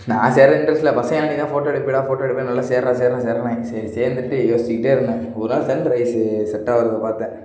நான் சேர இன்ட்ரெஸ்ட் இல்லை பசங்கள் தான் நீதான் ஃபோட்டோ எடுப்பியேடா ஃபோட்டோ எடுப்பியே நல்லா சேர்றா சேர்றா சேர்றான்னாங்க சரி சேர்ந்துட்டு யோசிச்சுக்கிட்டே இருந்தேன் ஒரு நாள் சன்ரைஸு செட் ஆகுறத பார்த்தேன்